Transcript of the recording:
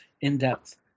in-depth